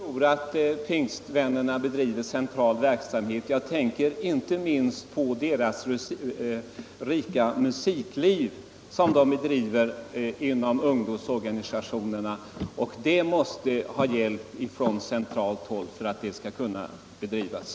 Herr talman! Jag tror att pingstvännerna bedriver central verksamhet, och jag tänker då inte minst på det rika musikliv som de bedriver inom ungdomsorganisationerna. Det måste ha hjälp från centralt håll för att det skall kunna bedrivas.